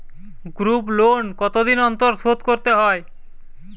Group loan কতদিন অন্তর শোধকরতে হয়?